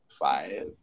five